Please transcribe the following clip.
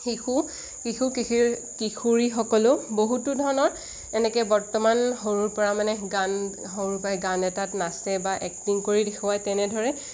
শিশু কিশোৰ কিশোৰী কিশোৰীসকলেও বহুতো ধৰণৰ এনেকৈ বৰ্তমান সৰুৰপৰা মানে গান সৰুৰপৰাই গান এটাত নাচে বা এক্টিং কৰি দেখুৱাই তেনেদৰে